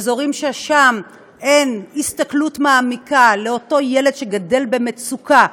באזורים ששם אין הסתכלות מעמיקה על אותו ילד שגדל במצוקה,